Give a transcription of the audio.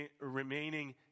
remaining